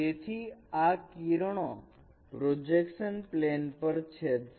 તેથી આ કિરણો પ્રોજેક્શન પ્લેન પર છેદશે